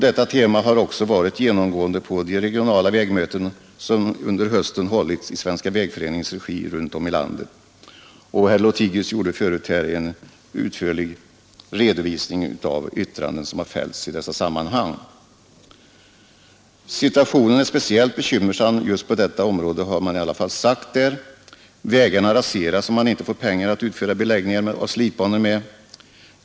Detta tema har också genomgående framförts på de regionala vägmöten som under hösten hållits i Svenska vägföreningens regi runt om i landet. Herr Lothigius har utförligt redovisat en del av de yttranden som fällts i dessa sammanhang. Situationen är speciellt bekymmersam just på detta område, har man sagt. Vägarna raseras om man inte får pengar att utföra beläggningar av slitbanor med.